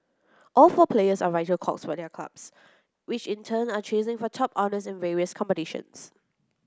all four players are vital cogs for their clubs which in turn are chasing for top honours in various competitions